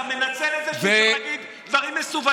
אתה מנצל את זה שאי-אפשר להגיד דברים מסווגים.